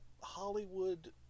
Hollywood